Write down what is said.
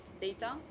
data